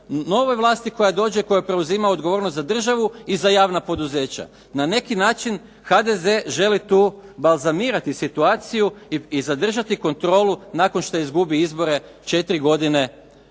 novoj vlasti koja dođe i koja preuzima odgovornost za državu i za javna poduzeća. Na neki način HDZ želi tu balzamirati situaciju i zadržati kontrolu nakon što izgubi izbore četiri godine